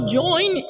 join